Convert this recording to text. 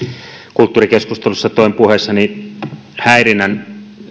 kulttuurikeskustelussa toin puheessani häirinnän